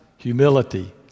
Humility